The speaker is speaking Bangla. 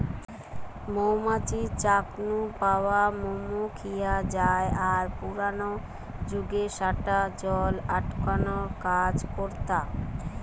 মৌ মাছির চাক নু পাওয়া মম খিয়া জায় আর পুরানা জুগে স্যাটা জল আটকানার কাজ করতা